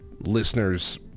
listeners